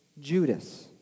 Judas